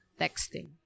texting